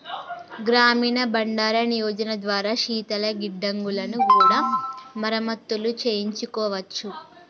గ్రామీణ బండారన్ యోజన ద్వారా శీతల గిడ్డంగులను కూడా మరమత్తులు చేయించుకోవచ్చు